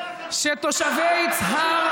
שתושבי יצהר,